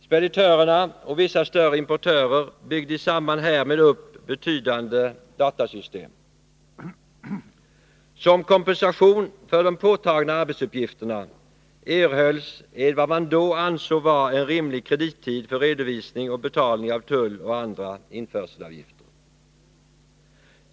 Speditörerna och vissa större importörer byggde i samband härmed upp betydande datasystem. ansåg vara en rimlig kredittid för redovisning och betalning av tull och andra införselavgifter.